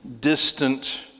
distant